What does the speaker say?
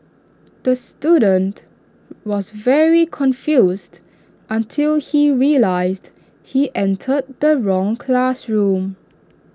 the student was very confused until he realised he entered the wrong classroom